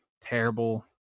terrible